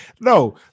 No